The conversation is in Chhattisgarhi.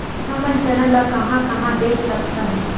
हमन चना ल कहां कहा बेच सकथन?